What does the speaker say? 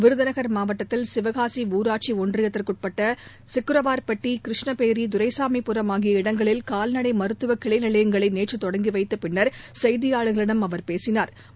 விருதுநகள் மாவட்டத்தில் சிவகாசி ஊராட்சி ஒன்றியத்திற்குட்பட்ட சுக்கிரவாள்பட்டி கிருஷ்ணபேரி துரைசாமி புரம் ஆகிய இடங்களில் கால்நடை மருத்துவ கிளை நிலையங்களை நேற்று தொடங்கி வைத்த பின்னா் செய்தியாளா்களிடம் அவர் பேசினாா்